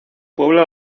puebla